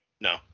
No